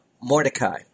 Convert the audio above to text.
Mordecai